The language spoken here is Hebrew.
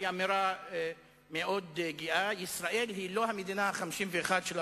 היא אמירה מאוד גאה: ישראל היא לא המדינה ה-51 של ארצות-הברית.